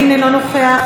אינו נוכח,